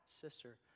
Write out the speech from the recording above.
sister